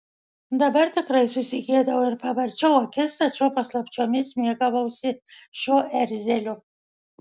dabar tikrai susigėdau ir pavarčiau akis tačiau paslapčiomis mėgavausi šiuo erzeliu